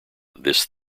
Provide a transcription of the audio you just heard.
this